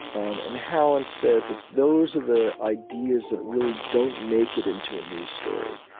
um and hallin says those are the ideas that really don't make it into a news story.